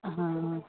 हँ